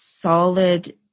solid